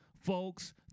folks